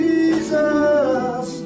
Jesus